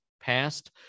passed